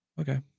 Okay